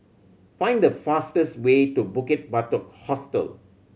find the fastest way to Bukit Batok Hostel